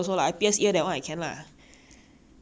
I pierce ear do tattoo that one never think [one]